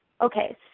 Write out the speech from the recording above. Okay